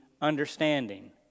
understanding